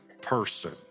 person